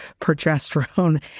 progesterone